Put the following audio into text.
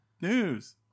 News